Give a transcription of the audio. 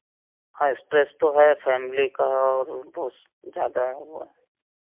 हाँ स्ट्रेस तो है फैमली का और वह हस ज़्यादा हुआ है